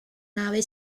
nave